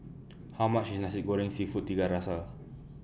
How much IS Nasi Goreng Seafood Tiga Rasa